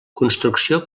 construcció